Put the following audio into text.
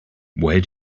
where